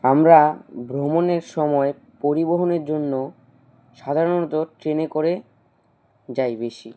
আমরা ভ্রমণের সময় পরিবহনের জন্য সাধারণত ট্রেনে করে যাই বেশি